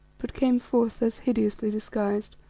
but came forth thus hideously disguised.